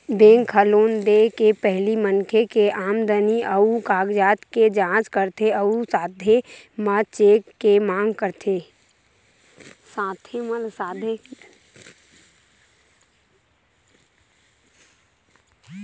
bank ह loan दे के पहिली मनखे के आमदनी अउ कागजात के जाँच करथे अउ साथे म चेक के मांग करथे